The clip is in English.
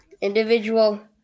individual